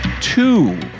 Two